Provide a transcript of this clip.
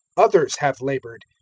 others have laboured,